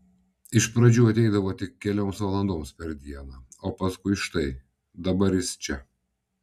iš pradžių ateidavo tik kelioms valandoms per dieną o paskui štai dabar jis čia